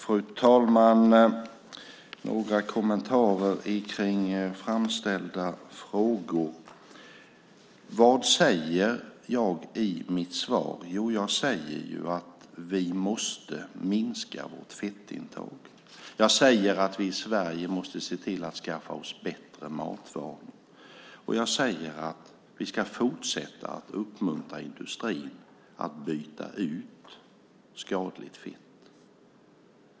Fru talman! Jag har några kommentarer till framställda frågor. Vad säger jag i mitt svar? Jo, jag säger att vi måste minska vårt fettintag. Jag säger att vi i Sverige måste se till att skaffa oss bättre matvanor. Och jag säger att vi ska fortsätta att uppmuntra industrin att byta ut skadligt fett.